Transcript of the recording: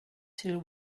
till